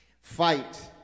Fight